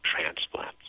transplants